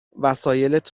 وسایلت